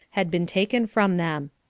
had been taken from them.